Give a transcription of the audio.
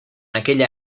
aquella